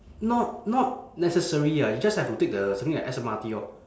not not necessary ah you just have to take the something like S_M_R_T orh